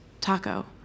Taco